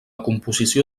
composició